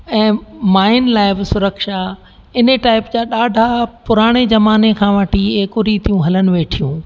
ऐं माइनि लाइ बि सुरक्षा इन टाईप जा ॾाढा पुराने ज़माने खां वठी इहे कुरीतियूं हलनि वेठियूं